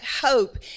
hope